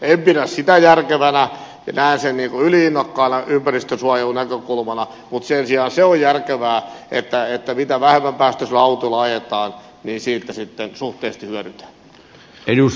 en pidä sitä järkevänä näen sen yli innokkaana ympäristönsuojelunäkökulmana mutta sen sijaan on järkevää että mitä vähempipäästöisellä autolla ajetaan niin siitä sitten suhteellisesti hyödytään